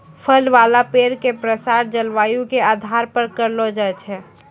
फल वाला पेड़ के प्रसार जलवायु के आधार पर करलो जाय छै